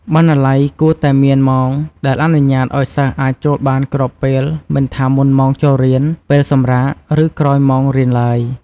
បណ្ណាល័យគួរតែមានម៉ោងដែលអនុញ្ញាតឱ្យសិស្សអាចចូលបានគ្រប់ពេលមិនថា មុនម៉ោងចូលរៀន ពេលសម្រាក ឬក្រោយម៉ោងរៀនទ្បើយ។